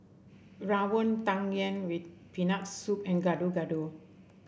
rawon Tang Yuen with Peanut Soup and Gado Gado